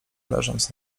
leżąc